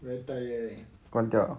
where they conduct